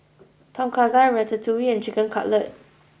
Tom Kha Gai Ratatouille and Chicken Cutlet